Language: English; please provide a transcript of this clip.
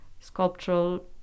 sculptural